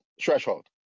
threshold